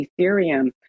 Ethereum